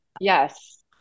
yes